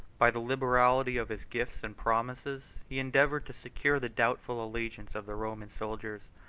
by the liberality of his gifts and promises, he endeavored to secure the doubtful allegiance of the roman soldiers,